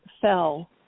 fell